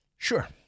Sure